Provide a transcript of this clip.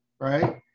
right